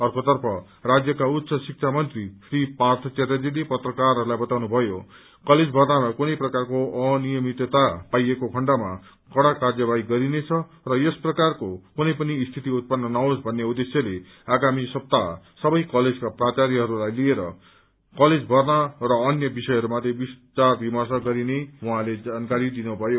अर्को तर्फ राज्यका उच्च शिक्षा मन्त्री श्री पाथ च्याटर्जीले पत्रकारहरूलाई वताउनुभयो कलेज भर्नामा कुनै प्रकारको अनियमित्तता पाइएको खण्डमा कड़ा कायवाही गरिने छ र यस प्रकारको कुनै पनि स्थिति उत्पन्न नहोस् भन्ने उद्धेश्यले आगामी सप्ताह सबै कलेजका प्रार्चायहरूलाई लिएर कलेज भना र अन्य विषयहरू माथि विचार विर्मश गरिने उहाँले जानकारी दिनुभयो